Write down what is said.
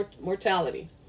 mortality